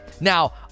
Now